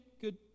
Good